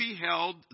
beheld